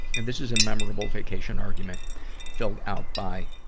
and this is a memorable vacation argument filled out by